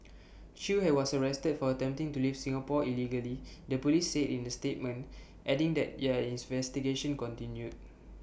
chew had was arrested for attempting to leave Singapore illegally the Police said in the statement adding that their investigation continued